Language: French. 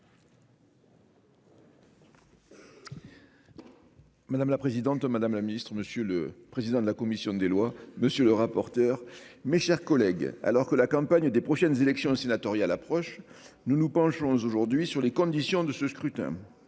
Madame la présidente Madame la Ministre, Monsieur le président de la commission des lois. Monsieur le rapporteur. Mes chers collègues. Alors que la campagne des prochaines élections sénatoriales approchent. Nous nous penchons aujourd'hui sur les conditions de ce scrutin